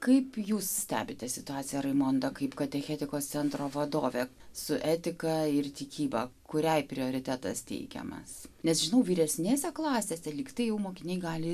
kaip jūs stebite situaciją raimondo kaip katechetikos centro vadovė su etika ir tikyba kuriai prioritetas teikiamas nes žinau vyresnėse klasėse likti jų mokiniai gali